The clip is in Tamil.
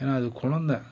ஏன்னா அது குழந்தை